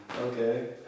Okay